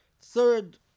Third